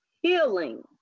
healing